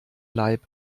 leib